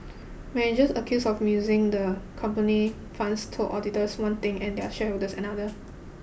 managers accused of musing the company's funds told auditors one thing and their shareholders another